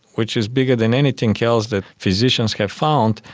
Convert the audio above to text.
which is bigger than anything else that physicians have found,